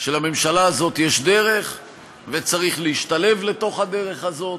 שלממשלה הזאת יש דרך וצריך להשתלב לתוך הדרך הזאת,